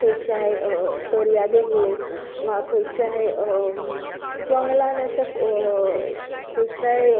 खंयच्याय दर्यादेगेर वा खंयच्याय जंगलान अशे खंयच्याय